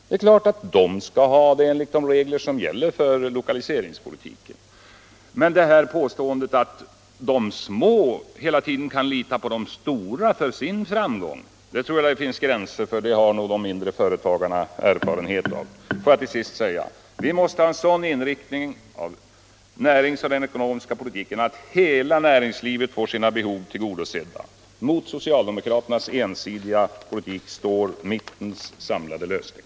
Det är klart att NCB skall ha stöd enligt de regler som gäller för lokaliseringspolitiken, men att de små hela tiden skall lita på de stora för sin framgång tror jag är något som det finns gränser för. Det har nog småföretagarna erfarenhet av. Låt mig till sist säga att vi måste ha en sådan inriktning av näringspolitiken och den ekonomiska politiken att hela näringslivet får sina behov tillgodosedda. Mot socialdemokraternas ensidiga politik står mittens samlade lösning.